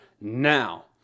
Now